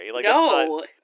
No